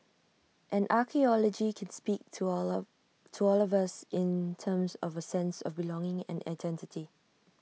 and archaeology can speak to all to all of us in terms of A sense of belonging and identity